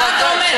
מה אתה אומר?